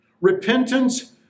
Repentance